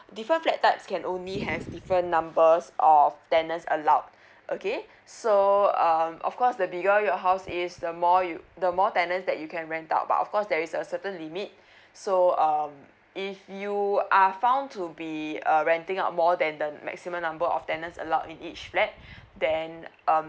different flat types can only have different numbers of tenants allowed okay so um of course the bigger your house is the more you the more tenants that you can rent out but of course there is a certain limit so um if you are found to be uh renting out more than the maximum number of tenants us allowed in each flat then um